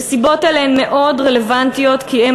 נסיבות אלה הן מאוד רלוונטיות כי הן